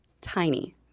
tiny